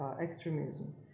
extremism